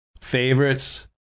favorites